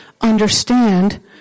understand